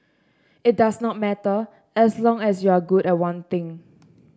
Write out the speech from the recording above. it does not matter as long as you're good at one thing